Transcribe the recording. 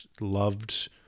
loved